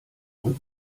und